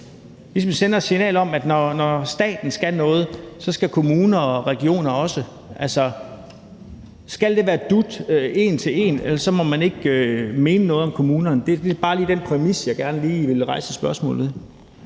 ligesom selv sender et signal om, at når staten skal noget, skal kommuner og regioner også? Altså, skal det være dut en til en, for ellers må man ikke mene noget om kommunerne? Det er bare lige den præmis, jeg gerne vil sætte spørgsmål ved.